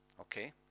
okay